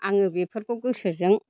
आङो बेफोरखौ गोसोजों